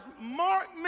mark